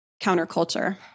counterculture